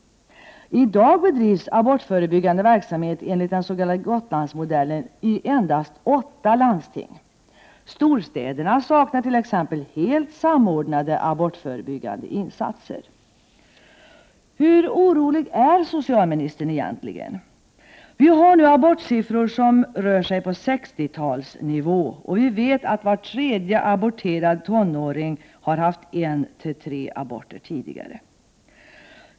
I dag bedrivs abortförebyggande verksamhet enligt den s.k. Gotlandsmodellen i endast åtta landsting. Storstäderna saknar t.ex. helt samordnade abortförebyggande insatser. Hur orolig är socialministern egentligen? Vi har nu abortsiffror som motsvarar 60-talets nivå och vi vet att var tredje aborterad tonåring har haft 1—3 aborter tidigare.